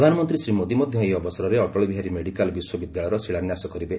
ପ୍ରଧାନମନ୍ତ୍ରୀ ଶ୍ରୀ ମୋଦି ମଧ୍ୟ ଏହି ଅବସରରେ ଅଟଳ ବିହାରୀ ମେଡ଼ିକାଲ ବିଶ୍ୱବିଦ୍ୟାଳୟର ଶିଳାନ୍ୟାସ କରିବେ